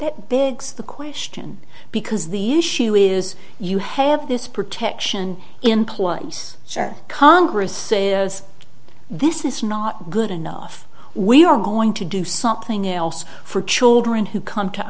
the question because the issue is you have this protection in place for congress this is not good enough we are going to do something else for children who come to